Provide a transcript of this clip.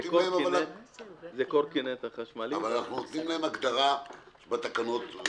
אבל אנחנו נותנים להם הגדרה שווה בתקנות.